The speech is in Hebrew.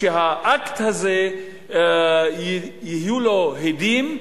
אני מאוד מקווה שהאקט הזה יהיו לו הדים,